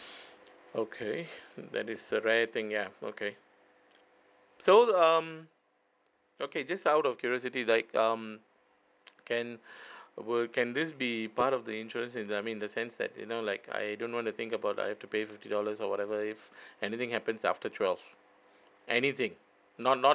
okay that is a rare thing ya okay so um okay just out of curiosity like um can well can this be part of the interest in I mean in the sense that you know like I don't want to think about I have to pay fifty dollars or whatever if anything happens after twelve anything not not